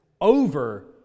over